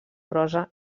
prosa